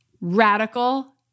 radical